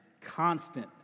Constant